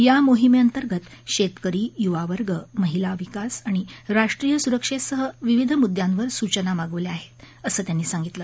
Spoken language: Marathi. या मोहिमेअंतर्गत शेतकरी युवा वर्ग महिला विकास आणि राष्ट्रीय सुरक्षेसह विविध मुद्द्यांवर सूचना मागवल्या आहेत असं त्यांनी सांगितलं